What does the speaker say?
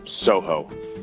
soho